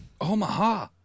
Omaha